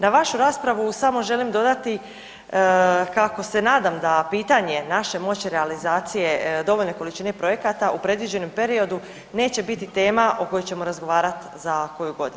Na vašu raspravu samo želim dodati kako se nadam da pitanje naše moći realizacije dovoljne količine projekata u predviđenom periodu neće biti tema o kojoj ćemo razgovarat za koju godinu.